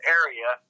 area